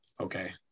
Okay